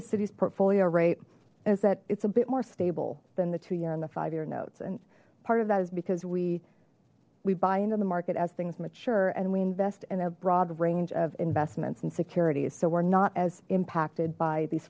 the city's portfolio rate is that it's a bit more stable than the two year and the five year notes and part of that is because we we buy into the market as things mature and we invest in a broad range of investments in securities so we're not as impacted by these